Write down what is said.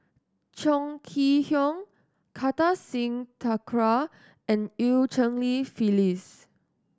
Chong Kee Hiong Kartar Singh Thakral and Eu Cheng Li Phyllis